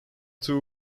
two